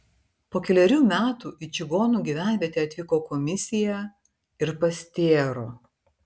po kelerių metų į čigonų gyvenvietę atvyko komisija ir pastėro